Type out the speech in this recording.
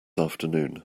afternoon